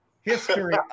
History